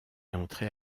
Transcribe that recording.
entrait